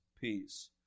peace